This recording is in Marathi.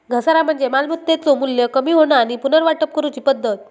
घसारा म्हणजे मालमत्तेचो मू्ल्य कमी होणा आणि पुनर्वाटप करूची पद्धत